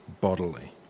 bodily